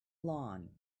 lawn